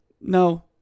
no